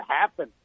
happen